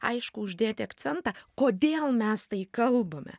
aiškų uždėti akcentą kodėl mes tai kalbame